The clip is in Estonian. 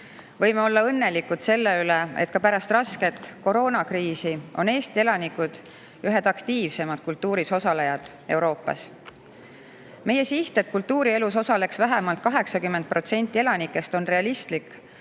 Võime olla õnnelikud selle üle, et ka pärast rasket koroonakriisi on Eesti elanikud ühed aktiivsemad kultuuris osalejad Euroopas. Meie siht, et kultuurielus osaleks vähemalt 80% elanikest, on realistlik,